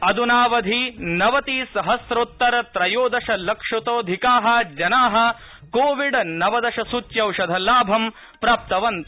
अध्नावधिनवतिसहस्राधिक त्रयोदशलक्षाधिका जना कोविड् नवदशसूच्यौषध लाभम् प्राप्तवन्त